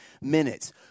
minutes